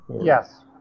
Yes